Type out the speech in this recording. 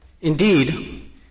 Indeed